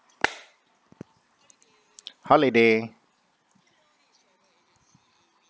holiday